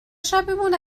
شبمون